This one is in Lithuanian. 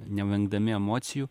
nevengdami emocijų